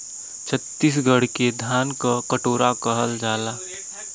छतीसगढ़ के धान क कटोरा कहल जाला